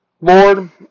Lord